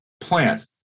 plants